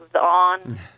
on